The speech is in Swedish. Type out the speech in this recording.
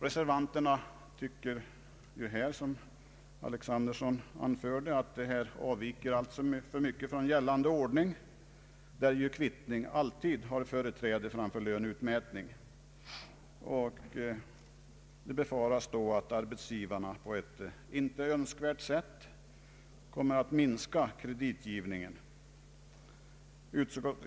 Reservanterna tycker, som herr Alexanderson anförde, att detta alltför mycket avviker från gällande ordning, där kvittning alltid har företräde framför löneutmätning, och befarar att arbetsgivarna på ett ej önskvärt sätt kommer att minska kreditgivningen.